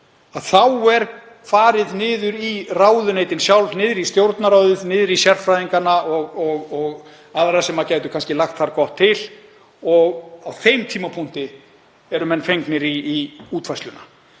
þá er farið í ráðuneytin sjálf, í Stjórnarráðið, til sérfræðinganna og annarra sem gætu kannski lagt þar gott til og á þeim tímapunkti eru menn fengnir í útfærsluna.